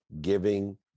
giving